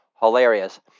Hilarious